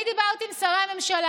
אני דיברתי עם שרי הממשלה,